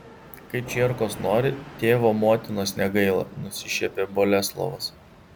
kai čierkos nori tėvo motinos negaila nusišiepė boleslovas